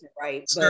right